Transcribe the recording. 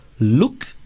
Look